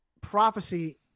prophecy